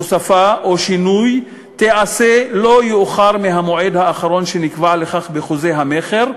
הוספה או שינוי תיעשה לא יאוחר מהמועד האחרון שנקבע לכך בחוזה המכר,